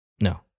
No